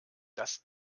dass